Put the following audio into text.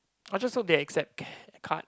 I just hope they accept cash card